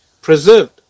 preserved